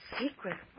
Secret